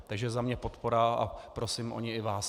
Takže za mě podpora a prosím o ni i vás.